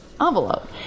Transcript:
envelope